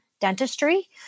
dentistry